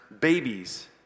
babies